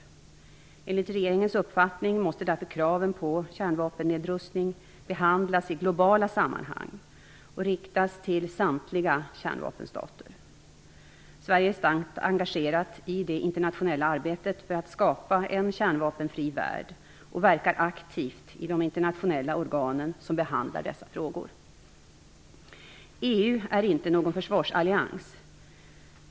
Enligt regeringens uppfattning måste därför kraven på kärnvapennedrustning behandlas i globala sammanhang och riktas till samtliga kärnvapenstater. Sverige är starkt engagerat i det internationella arbetet för att skapa en kärnvapenfri värld och verkar aktivt i de internationella organ som behandlar dessa frågor. EU är inte någon försvarsallians.